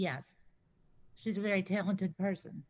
yes she's a very talented person